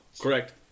Correct